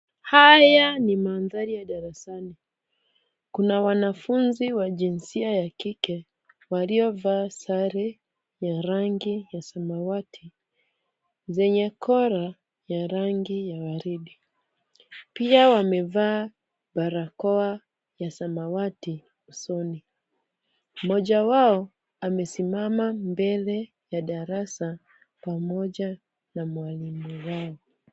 Haya ni mandhari ya darasani. Kuna wanafunzi wa jinsia ya kike waliovaa sare ya rangi ya samawati zenye kola ya rangi ya waridi. Pia wamevaa barakoa ya samawati usoni. Mmoja wao amesimama mbele ya darasa pamoja na mwalimu wake.